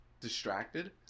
distracted